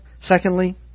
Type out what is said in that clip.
secondly